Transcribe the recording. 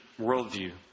worldview